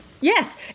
Yes